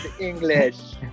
English